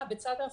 אתם